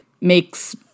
makes